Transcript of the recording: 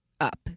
up